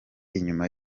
inyuma